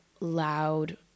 loud